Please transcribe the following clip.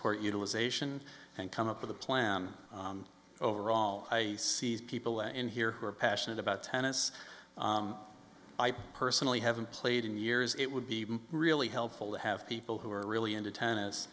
court utilization and come up with a plan overall i see people in here who are passionate about tennis i personally haven't played in years it would be really helpful to have people who are really into tennis